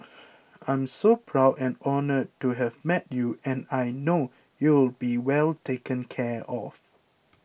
I'm so proud and honoured to have met you and I know you'll be well taken care of